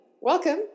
Welcome